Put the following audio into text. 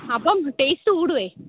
അപ്പം ടേസ്റ്റ് കൂടുകയേ